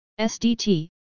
SDT